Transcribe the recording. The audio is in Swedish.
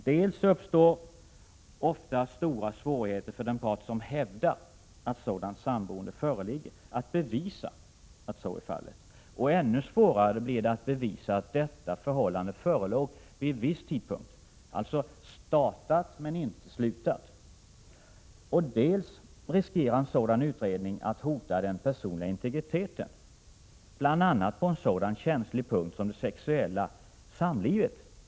Dels uppstår ofta stora svårigheter för den part, som hävdar att ett sådant samboende föreligger, att bevisa att så är fallet, och ännu svårare blir det att bevisa att detta förhållande förelåg vid viss tidpunkt — alltså att förhållandet startat men inte slutat. Dels riskerar en sådan utredning att hota den personliga integriteten, bl.a. på en så känslig punkt som det sexuella samlivet.